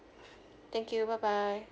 thank you bye bye